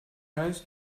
heisst